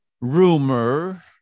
rumor